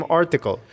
article